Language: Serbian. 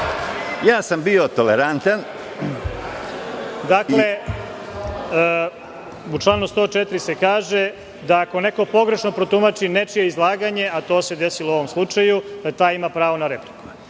bio sam tolerantan.)U članu 104. se kaže da ako neko pogrešno protumači nečije izlaganje, a to se desilo u ovom slučaju, taj ima pravo na repliku.